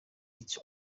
its